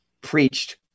preached